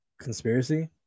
conspiracy